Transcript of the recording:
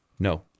No